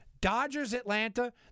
Dodgers-Atlanta